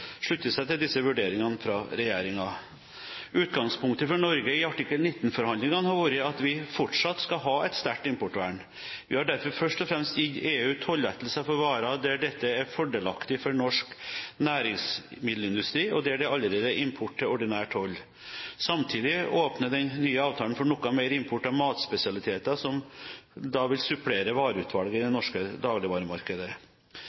slutter seg til disse vurderingene fra regjeringen. Utgangspunktet for Norge i artikkel 19-forhandlingene har vært at vi fortsatt skal ha et sterkt importvern. Vi har derfor først og fremst gitt EU tollettelser for varer der dette er fordelaktig for norsk næringsmiddelindustri, og der det allerede er import til ordinær toll. Samtidig åpner den nye avtalen for noe mer import av matspesialiteter som vil supplere vareutvalget i det